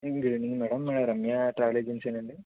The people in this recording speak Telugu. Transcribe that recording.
good evening madam Ramya travel agency ఏనా అండి